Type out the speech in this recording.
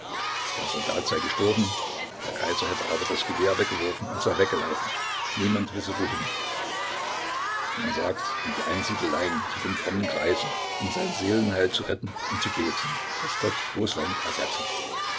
der soldat sei gestorben der kaiser hätte aber das gewehr weggeworfen und sei weggelaufen niemand wisse wohin man sagt in die einsiedeleien zu den frommen greisen um sein seelenheil zu retten und zu beten daß gott rußland errette